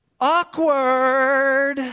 awkward